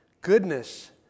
goodness